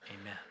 amen